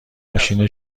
ماشین